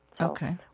Okay